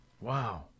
Wow